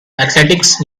athletics